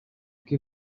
kim